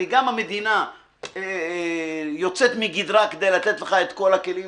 גם המדינה יוצאת מגדרה כדי לתת לך את כל הכלים,